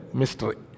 mystery